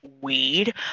weed